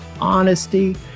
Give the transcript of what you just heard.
honesty